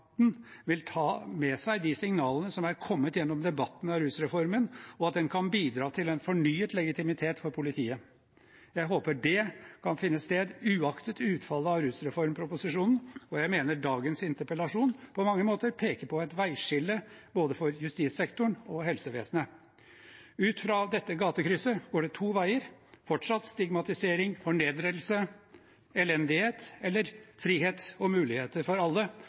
vil ta med seg de signalene som er kommet gjennom debatten av rusreformen, og at den kan bidra til en fornyet legitimitet for politiet. Jeg håper det kan finne sted uaktet utfallet av rusreformproposisjonen, og jeg mener dagens interpellasjon på mange måter peker på et veiskille for både justissektoren og helsevesenet. Ut fra dette gatekrysset går det to veier: fortsatt stigmatisering, fornedrelse og elendighet, eller frihet og muligheter for alle.